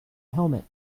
helmet